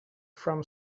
from